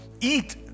eat